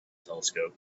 telescope